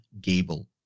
Gable